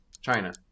China